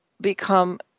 become